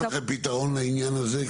יש לכם פתרון לעניין הזה?